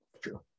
True